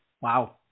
Wow